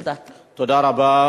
נסים זאב,